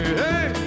hey